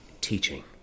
teaching